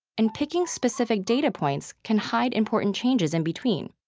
and picking specific data points can hide important changes in between.